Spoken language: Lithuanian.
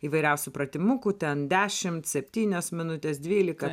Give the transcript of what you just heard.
įvairiausių pratimukų ten dešimt septynios minutės dvylika